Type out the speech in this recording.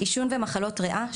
עישון ומחלות ריאה,